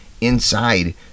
inside